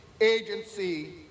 Agency